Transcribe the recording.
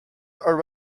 are